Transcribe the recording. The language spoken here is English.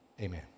Amen